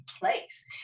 place